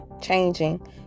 changing